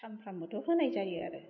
सानफ्रामबोथ' होनाय जायो आरो